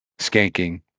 skanking